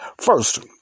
First